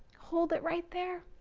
hold it right there.